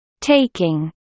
taking